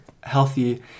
healthy